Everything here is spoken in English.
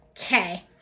Okay